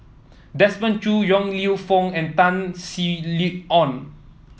Desmond Choo Yong Lew Foong and Tan Sin Aun